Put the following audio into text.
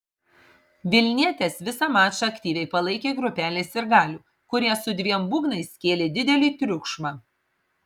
vilnietes visą mačą aktyviai palaikė grupelė sirgalių kurie su dviem būgnais kėlė didelį triukšmą